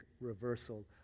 reversal